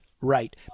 right